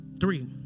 Three